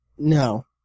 No